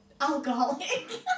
Alcoholic